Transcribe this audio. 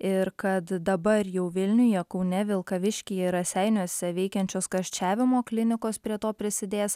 ir kad dabar jau vilniuje kaune vilkaviškyje raseiniuose veikiančios karščiavimo klinikos prie to prisidės